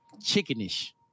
chicken-ish